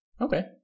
okay